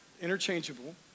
interchangeable